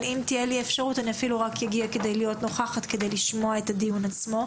אבל אם תהיה לי אפשרות אני אגיע כדי לשמוע את הדיון עצמו.